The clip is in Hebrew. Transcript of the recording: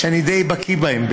שאני די בקיא בהם,